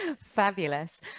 Fabulous